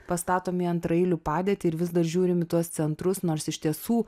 pastatom į antraeilių padėtį ir vis dar žiūrim į tuos centrus nors iš tiesų